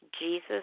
Jesus